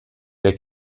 der